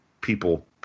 people